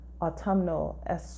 autumnal